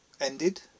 ended